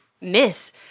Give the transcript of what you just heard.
miss